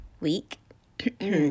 week